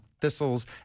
thistles